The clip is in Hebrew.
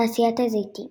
תעשיית הזיתים